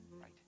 right